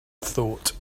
thought